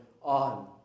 on